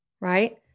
Right